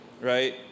right